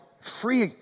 free